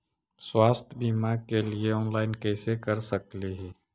स्वास्थ्य बीमा के लिए ऑनलाइन कैसे कर सकली ही?